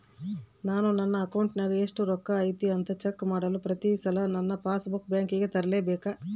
ನಾನು ನನ್ನ ಅಕೌಂಟಿನಾಗ ಎಷ್ಟು ರೊಕ್ಕ ಐತಿ ಅಂತಾ ಚೆಕ್ ಮಾಡಲು ಪ್ರತಿ ಸಲ ನನ್ನ ಪಾಸ್ ಬುಕ್ ಬ್ಯಾಂಕಿಗೆ ತರಲೆಬೇಕಾ?